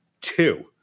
two